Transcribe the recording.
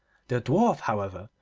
the dwarf, however,